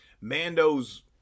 Mando's